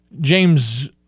James